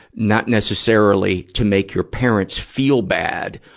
not necessarily to make your parents feel bad.